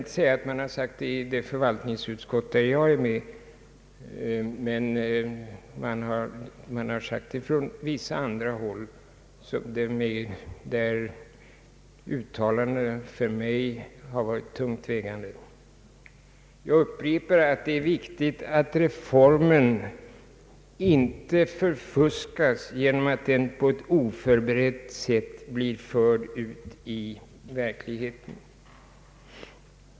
Dessa uttalanden har inte fällts i det förvaltningsutskott där jag är med utan från annat håll, och uttalandena är enligt min mening mycket tungt vägande. Jag upprepar att det är viktigt att reformen inte förfuskas genom att oförberedd föras ut i verkligheten.